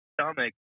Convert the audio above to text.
stomach